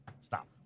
Stop